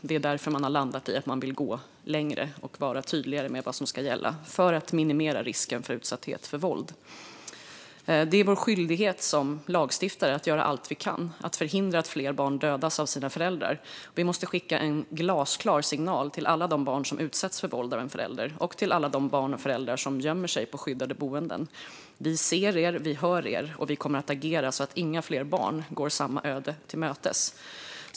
Det är därför man har landat i att man vill gå längre och vara tydligare med vad som ska gälla för att minimera risken för att utsättas för våld. Det är vår skyldighet som lagstiftare att göra allt vi kan för att förhindra att fler barn dödas av sina föräldrar. Vi måste skicka en glasklar signal till alla de barn som utsätts för våld av en förälder och till alla de barn och föräldrar som gömmer sig i skyddade boenden: Vi ser er, vi hör er och vi kommer att agera så att inga fler barn går samma öde till mötes.